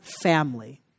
family